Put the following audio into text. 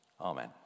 Amen